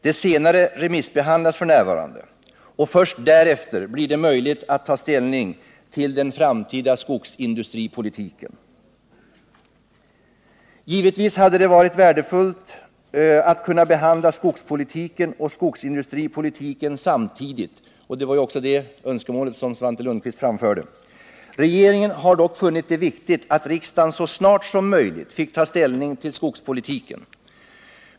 Det senare remissbehandlas f. n., och först efter remissbehandlingens slut blir det möjligt att ta ställning till den framtida skogsindustripolitiken. Givetvis hade det varit värdefullt att kunna behandla skogspolitiken och skogsindustripolitiken samtidigt — och det var ju också det önskemål som Svante Lundkvist framförde. Regeringen har dock funnit det viktigt att riksdagen så snart som möjligt fick ta ställning till skogspolitiken.